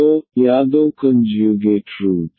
तो या दो कन्ज्यूगेट रूट